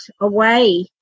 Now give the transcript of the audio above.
away